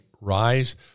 rise